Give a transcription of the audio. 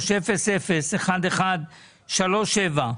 2023-001137,